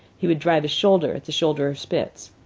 he would drive his shoulder at the shoulder of spitz,